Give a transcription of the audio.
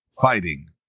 fighting